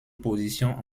position